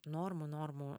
normų normų